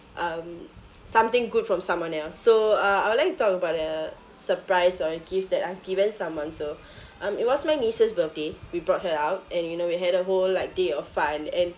um something good from someone else so uh I would like to talk about a surprise or gifts that I've given someone so um it was my niece's birthday we brought her out and you know we had a whole like day of fun and